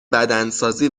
بدنسازی